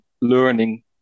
learning